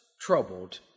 troubled